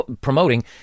promoting